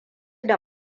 da